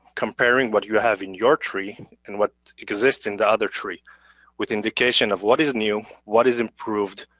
comparing what you have in your tree and what exists in the other tree with indication of what is new, what is improved,